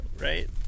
right